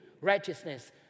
righteousness